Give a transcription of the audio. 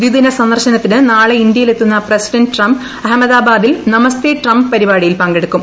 ദിദിന്സന്ദർശനത്തിന് നാളെ ഇന്ത്യയിലെത്തുന്ന president Trump അഹമ്മദാബാദിൽ നമസ്തെ ട്രംപ് പരിപാടിയിൽ പങ്കെടുക്കും